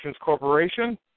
Corporation